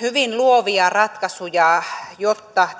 hyvin luovia ratkaisuja jotta